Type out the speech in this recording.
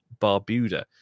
Barbuda